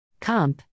Comp